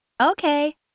Okay